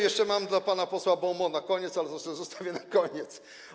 Jeszcze mam dla pana posła bon mot, ale to zostawię na koniec.